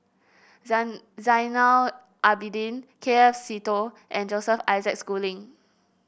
Zainal Abidin K F Seetoh and Joseph Isaac Schooling